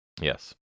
Yes